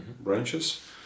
Branches